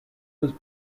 was